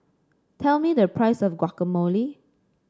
tell me the price of Guacamole